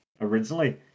originally